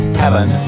heaven